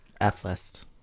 f-list